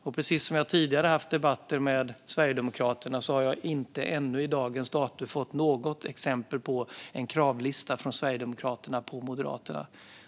Jag har till dags dato och efter flera debatter ännu inte fått något exempel på en kravlista från Sverigedemokraterna till Moderaterna.